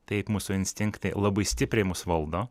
taip mūsų instinktai labai stipriai mus valdo